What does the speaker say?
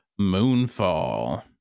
moonfall